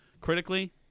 critically